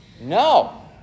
No